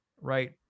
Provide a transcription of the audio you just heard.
right